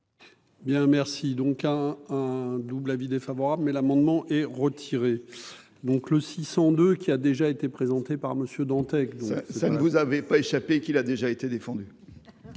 Bien, merci donc à un double avis défavorable mais l'amendement est retiré, donc le six de qui a déjà été présenté par Monsieur Dantec. ça, ça ne vous avez pas échappé qu'il a déjà été défendu.